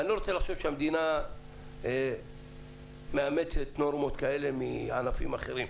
ואני לא רוצה לחשוב שהמדינה מאמצת נורמות כאלה מענפים אחרים.